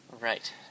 Right